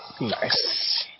Nice